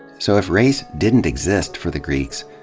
so, if race didn't exist for the greeks,